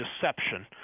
deception